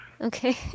Okay